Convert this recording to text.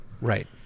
Right